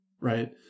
right